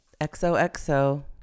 XOXO